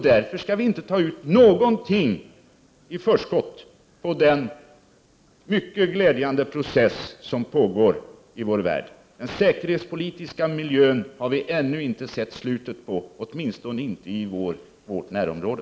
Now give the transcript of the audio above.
Därför skall vi inte ta ut någonting i förskott av den mycket glädjande process som pågår i vår värld. Den säkerhetspolitiska miljöns förändringar har vi ännu inte sett slutet på, åtminstone inte i vårt närområde.